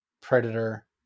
Predator